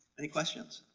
any questions?